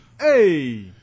Hey